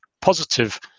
positive